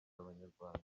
abanyarwanda